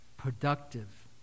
Productive